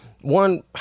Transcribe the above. one